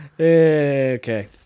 Okay